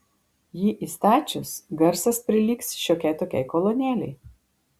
jį įstačius garsas prilygs šiokiai tokiai kolonėlei